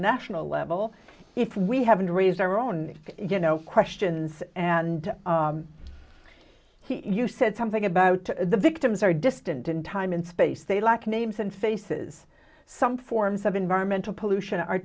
national level if we haven't raised our own you know questions and he you said something about the victims are distant in time and space they like names and faces some forms of environmental pollution are